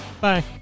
Bye